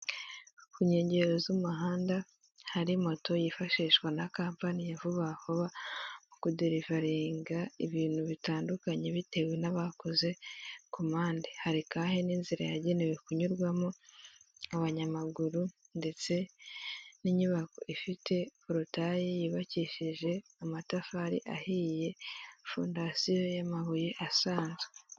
Ku nkengero z'umuhanda, hari moto yifashishwa na kampani ya vuba vuba, muku derivaringa ibintu bitandukanye bitewe n'abakoze komande, hari kandi n'inzira yagenewe kunyurwamo abanyamaguru ndetse n'inyubako ifite porotayi yubakishije amatafari ahiye ,fondasiyo y'amabuye asanzwe.